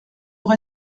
vous